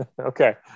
Okay